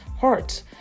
heart